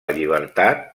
llibertat